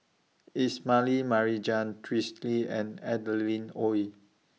Ismail Marjan Twisstii and Adeline Ooi